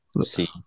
see